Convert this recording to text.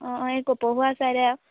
অঁ এই কপৌহোৱা চাইডে আৰু